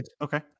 Okay